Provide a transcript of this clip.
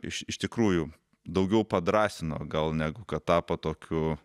iš if tikrųjų daugiau padrąsino gal negu kad tapo tokiu